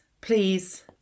please